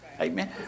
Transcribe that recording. Amen